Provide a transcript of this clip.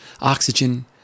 oxygen